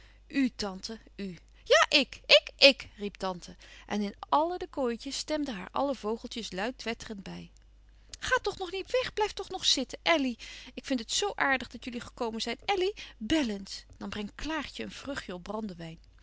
tante u ja ik ik ik riep tante en in alle de kooitjes stemden haar alle vogeltjes luid twetterend bij ga toch nog niet weg blijf toch nog zitten elly ik vind het zoo aardig dat jullie gekomen zijn elly bel eens dan brengt klaartje een vruchtje op brandewijn